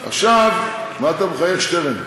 מה אתה מחייך, שטרן?